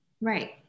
Right